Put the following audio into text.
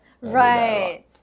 Right